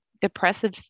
depressive